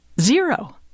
Zero